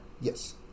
Yes